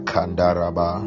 Kandaraba